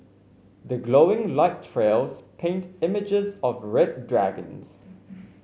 the glowing light trails paint images of red dragons